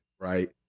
right